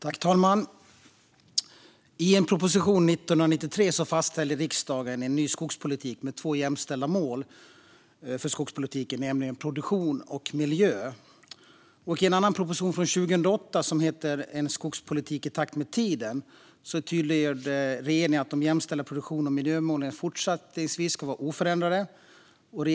Fru talman! I en proposition från 1993 fastställde riksdagen en ny skogspolitik med två jämställda mål för skogspolitiken, nämligen produktion och miljö. I en annan proposition, från 2008, som heter En skogspolitik i takt med tiden , tydliggjorde regeringen att de jämställda målen produktion och miljö skulle vara oförändrade.